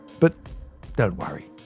but don't worry.